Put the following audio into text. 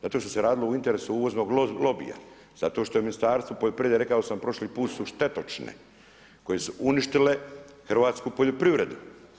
Zato što se radilo o interesu uvoznog lobija, zato što je Ministarstvo poljoprivrede, rekao sam prošli put, su štetočine koje su uništile Hrvatsku poljoprivredu.